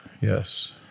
Yes